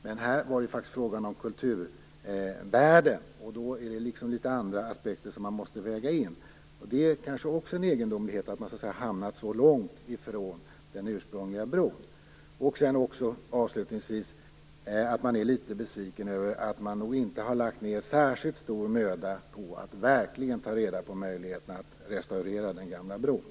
Men i det här fallet var det faktiskt fråga om kulturvärden. Då måste man väga in litet andra aspekter. Då är det också egendomligt att man har hamnat så långt ifrån den ursprungliga bron. Avslutningsvis vill jag säga att man nog är litet besviken över att det inte har lagts ned särskilt stor möda på att verkligen ta reda på möjligheterna att restaurera den gamla bron.